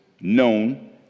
known